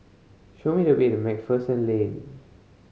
show me the way the Macpherson Lane